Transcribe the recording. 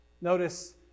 Notice